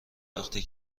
وقتی